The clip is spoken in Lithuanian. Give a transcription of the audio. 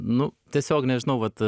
nu tiesiog nežinau vat